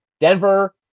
Denver